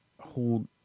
hold